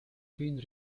been